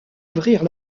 ouvrir